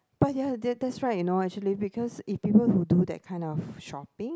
but ya that's that's right you know actually because if people who do that kind of shopping